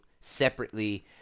separately